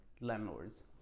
landlords